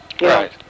Right